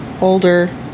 older